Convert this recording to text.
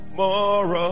more